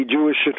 Jewish